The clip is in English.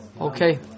Okay